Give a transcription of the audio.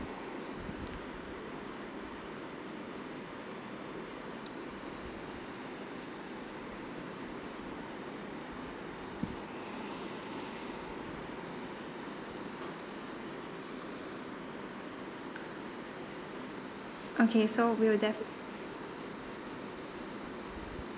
okay so we will def~